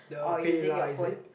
the PayLah is it